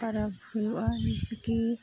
ᱯᱚᱨᱚᱵᱽ ᱦᱩᱭᱩᱜᱼᱟ ᱡᱮᱭᱥᱮ ᱠᱤ